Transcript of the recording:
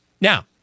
Now